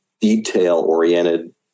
detail-oriented